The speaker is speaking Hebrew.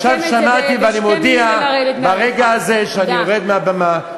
אז עכשיו שמעתי ואני מודיע ברגע הזה שאני יורד מהבמה.